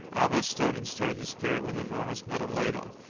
alvez stood and stirred the spirit with an enormous metal ladle,